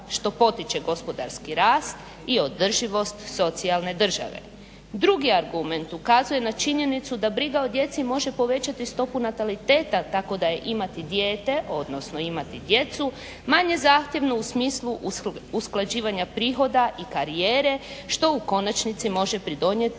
što potiče gospodarski rast i održivost socijalne države. Drugi argument ukazuje na činjenicu da briga o djeci može povećati stopu nataliteta tako da je imati dijete, odnosno imati djecu manje zahtjevno u smislu usklađivanja prihoda i karijere što u konačnici može pridonijeti